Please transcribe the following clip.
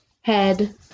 head